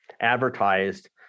advertised